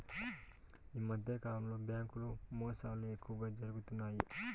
ఈ మధ్యకాలంలో బ్యాంకు మోసాలు ఎక్కువగా జరుగుతున్నాయి